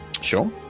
Sure